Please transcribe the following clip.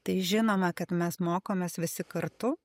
tai žinoma kad mes mokomės visi kartu